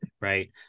right